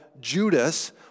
Judas